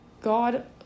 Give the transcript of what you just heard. god